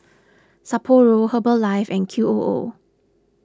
Sapporo Herbalife and Qoo